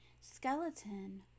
Skeleton